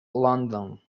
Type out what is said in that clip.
london